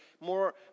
more